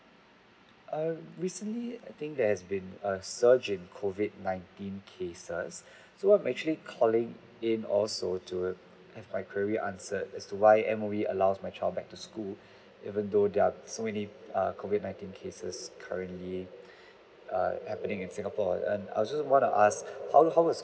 uh recently I think there's been a surge in COVID nineteen cases so I'm actually calling in also to have my query answered as to why M_O_E allows my child back to school even though there are so many err COVID nineteen cases currently err happening in singapore and I also want to ask how how's